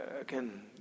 again